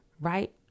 right